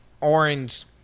orange